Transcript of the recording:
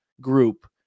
group